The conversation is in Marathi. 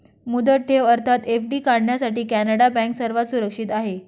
मुदत ठेव अर्थात एफ.डी काढण्यासाठी कॅनडा बँक सर्वात सुरक्षित आहे